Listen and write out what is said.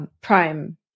prime